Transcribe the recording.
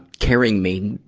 carrying me.